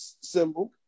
symbol